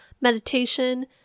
meditation